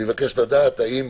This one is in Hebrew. אני מבקש לדעת האם